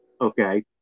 okay